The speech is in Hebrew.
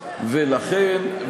לכן,